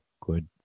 good